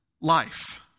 life